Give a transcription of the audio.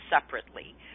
separately